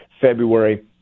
February